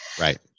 Right